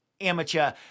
amateur